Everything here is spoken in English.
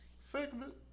segment